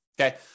Okay